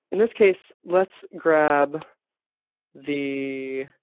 and this case, let's grab the